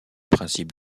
principe